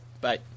bye